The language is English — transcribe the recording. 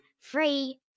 Free